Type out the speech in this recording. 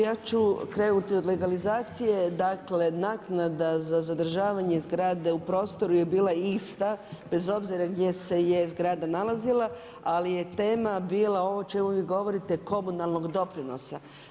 Ja ću krenuti od legalizacije, dakle naknada za zadržavanje zgrade u prostoru je bila ista, bez obzira gdje se je zgrada nalazila, ali je tema bila ovo o čemu vi govorite komunalnog doprinosa.